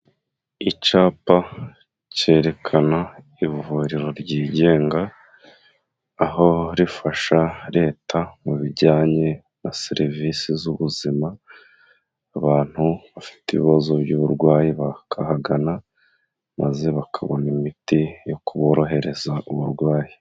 Icyapa kerekana ivuriro ryigenga, aho rifasha Leta mu bijyanye na serivisi z'ubuzima, abantu bafite ibibazo by'uburwayi bakahagana maze bakabona imiti yo kuborohereza uburwayi.